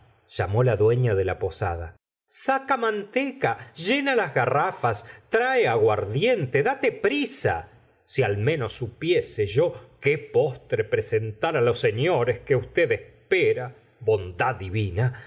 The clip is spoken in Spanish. llamó la dueña de la posada saca manteca llena las garrafas trae aguardiente date prisa si al menos supiese yo que postre presentar los señores que usted espera bondad divina